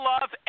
love